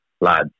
lads